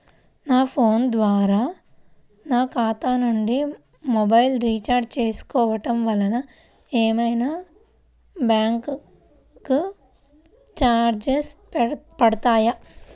నా ఫోన్ ద్వారా నా ఖాతా నుండి మొబైల్ రీఛార్జ్ చేసుకోవటం వలన ఏమైనా బ్యాంకు చార్జెస్ పడతాయా?